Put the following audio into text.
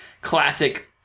classic